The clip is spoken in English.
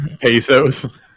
Pesos